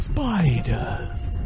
Spiders